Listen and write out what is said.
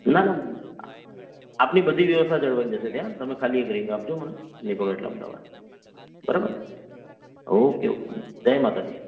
ના ના અ આપની બધી વ્યવસ્થા જળવાઈ જશે ત્યાં તમે ખાલી એક રિંગ આપજો મને નીકળો એટલે અમદાવાદ બરાબર ઓકે ઓકે જય માતાજી